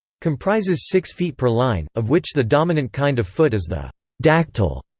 comprises six feet per line, of which the dominant kind of foot is the dactyl.